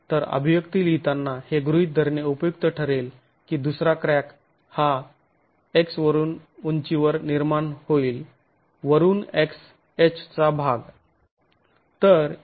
तर अभिव्यक्ती लिहितांना हे गृहीत धरणे उपयुक्त ठरेल की दुसरा क्रॅक हा वरून 'x' उंचीवर निर्माण होईल वरून 'x' 'h' चा भाग